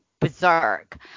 berserk